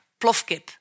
plofkip